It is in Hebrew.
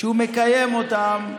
שהוא מקיים אותן,